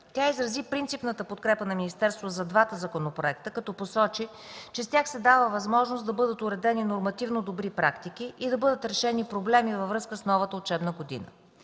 Тя изрази принципната подкрепа на министерството за двата законопроекта, като посочи, че с тях се дава възможност да бъдат уредени нормативно добри практики и да бъдат решени проблеми във връзка с новата учебна година.